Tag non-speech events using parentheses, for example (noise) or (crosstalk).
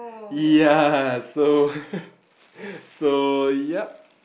ya so (laughs) so yup